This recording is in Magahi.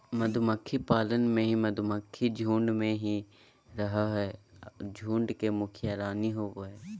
मधुमक्खी पालन में मधुमक्खी झुंड में ही रहअ हई, झुंड के मुखिया रानी होवअ हई